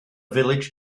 village